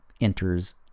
enters